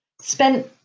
spent